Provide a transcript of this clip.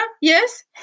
Yes